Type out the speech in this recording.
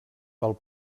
pel